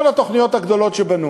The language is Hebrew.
כל התוכניות הגדולות שבנו.